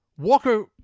Walker